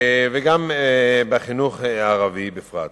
ובחינוך הערבי בפרט.